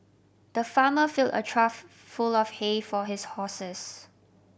the farmer filled a trough full of hay for his horses